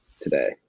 today